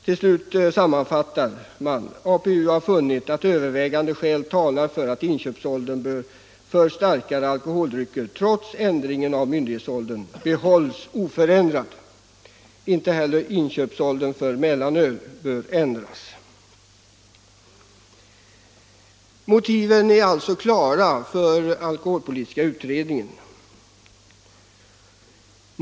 Till slut sammanfattar man: ”APU har funnit att övervägande skäl talar för att inköpsåldern för starka alkoholdrycker, trots ändringen av myndighetsåldern, behålls oförändrad. Inte heller inköpsåldern för mellanöl bör ändras.” Motiven för alkoholpolitiska utredningen är alltså klara.